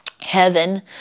Heaven